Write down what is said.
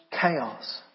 chaos